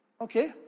okay